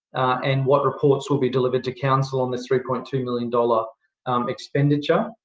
and what reports will be delivered to council on this three point two million dollars expenditure?